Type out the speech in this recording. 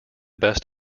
best